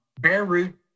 bare-root